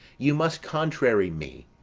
you must contrary me!